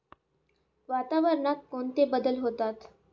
वातावरणात कोणते बदल होतात?